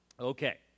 Okay